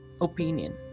opinion